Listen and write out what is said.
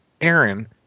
Aaron